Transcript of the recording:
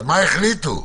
מה החליטו?